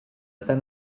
tant